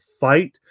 fight